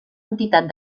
entitat